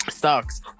stocks